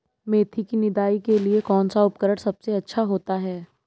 मेथी की निदाई के लिए कौन सा उपकरण सबसे अच्छा होता है?